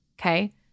okay